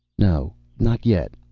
no. not yet.